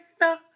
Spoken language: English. No